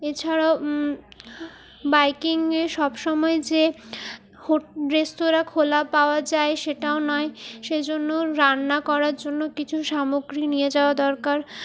এছাড়াও বাইকিংয়ে সবসময় যে হোট রেস্তোরাঁ খোলা পাওয়া যায় সেটাও নয় সেইজন্য রান্না করার জন্য কিছু সামগ্রী নিয়ে যাওয়া দরকার